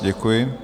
Děkuji.